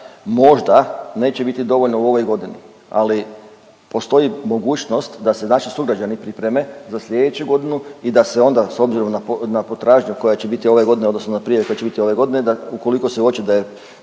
možda neće biti dovoljno u ovoj godini, ali postoji mogućnost da se naši sugrađani pripreme za sljedeću godinu i da se onda, s obzirom na potražnju koja će biti ove godine, odnosno .../Govornik se ne razumije./... će biti ove godine da ukoliko se uoči da je